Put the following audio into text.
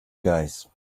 guys